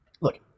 Look